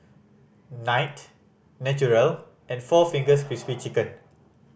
Night Naturel and four Fingers Crispy Chicken